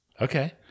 Okay